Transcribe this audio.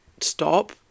stop